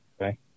Okay